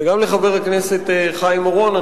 וגם לחבר הכנסת חיים אורון.